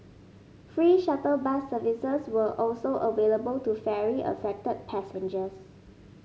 free shuttle bus services were also available to ferry affected passengers